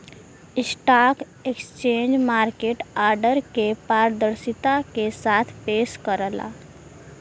stock exchange market order के पारदर्शिता के साथ पेश करला